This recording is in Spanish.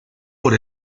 por